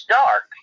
dark